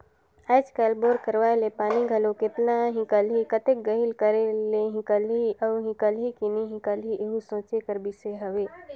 आएज काएल बोर करवाए ले पानी घलो केतना हिकलही, कतेक गहिल करे ले हिकलही अउ हिकलही कि नी हिकलही एहू सोचे कर बिसे हवे